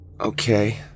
Okay